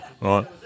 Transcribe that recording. right